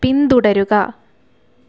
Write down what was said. പിന്തുടരുക